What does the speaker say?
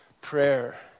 prayer